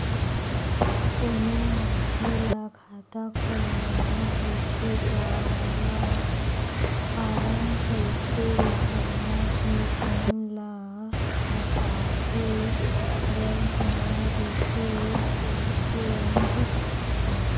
कोनो मनखे ल खाता खोलवाना होथे त ओला फारम कइसे भरना हे तउन ल बताथे बेंक म रेहे एजेंट ह